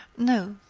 no,